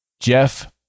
Jeff